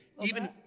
even-